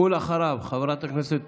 אחריו חברת הכנסת